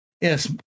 Yes